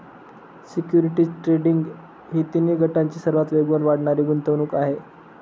securities trading ही तिन्ही गटांची सर्वात वेगाने वाढणारी गुंतवणूक आहे